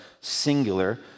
singular